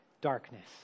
darkness